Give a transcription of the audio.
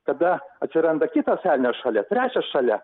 kada atsiranda kitas elnias šalia trečias šalia